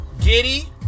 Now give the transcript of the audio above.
Giddy